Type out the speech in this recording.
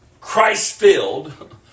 Christ-filled